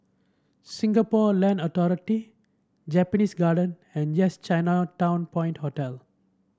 Singapore Land Authority Japanese Garden and Yes Chinatown Point Hotel